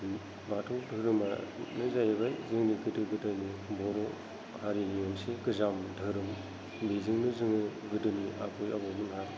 बाथौ दोहोरोमानो जाहैबाय जोंनि गोदो गोदायनि बर' हारिनि मोनसे गोजाम दोहोरोम बेजोंनो जोङो गोदोनि आबै आबौमोनहा